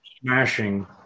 smashing